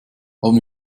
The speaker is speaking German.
haben